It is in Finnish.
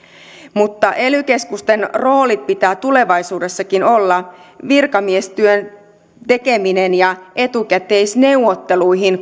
mutta ely keskusten roolin pitää tulevaisuudessakin olla virkamiestyön tekeminen ja etukäteisneuvottelut